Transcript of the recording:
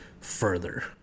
further